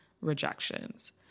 rejections